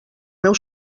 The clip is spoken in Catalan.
meu